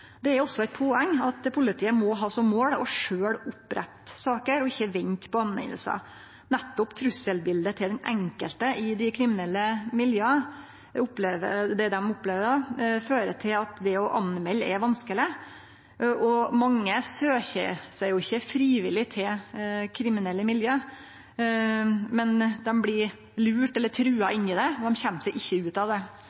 Det er også eit poeng at politiet må ha som mål sjølv å opprette saker og ikkje vente på at dei skal bli melde. Det er nettopp trusselbildet den enkelte i dei kriminelle miljøa opplever, som fører til at det å melde er vanskeleg. Mange søkjer seg jo ikkje frivillig til kriminelle miljø, men dei blir lurte eller trua